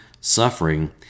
suffering